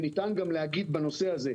ניתן גם להגיד בנושא הזה,